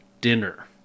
dinner